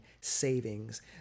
savings